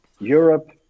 Europe